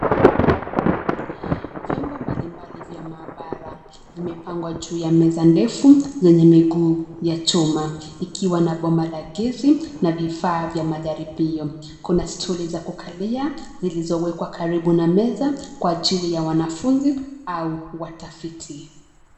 Vyombo mbalimbali vya maabara, vimepangwa juu ya meza ndefu, zenye miguu ya chuma, ikiwa na boma la gesi, na vifaa vya majaribio, kuna stuli za kukalia, zilizowekwa karibu na meza, wa ajili ya wanafunzi au watafiti.